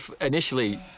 initially